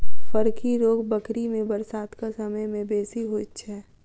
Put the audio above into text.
फड़की रोग बकरी मे बरसातक समय मे बेसी होइत छै